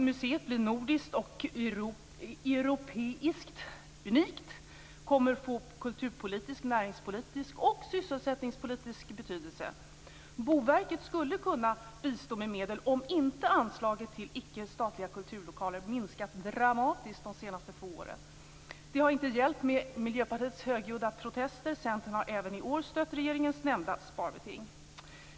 Museet blir unikt i Norden och Europa och kommer att få kulturpolitisk, näringspolitisk och sysselsättningspolitisk betydelse. Boverket hade kunnat bistå med medel om anslaget till icke statliga kulturlokaler inte minskat dramatiskt de senaste två åren. Miljöpartiets högljudda protester har inte hjälpt. Centern har även i år stött regeringens sparbeting.